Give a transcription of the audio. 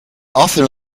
often